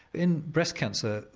in breast cancer,